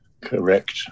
correct